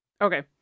okay